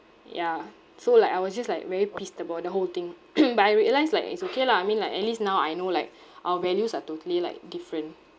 yeah so like I was just like very pissed about the whole thing but I realised like it's okay lah I mean like at least now I know like our values are totally like different